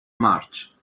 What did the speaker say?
march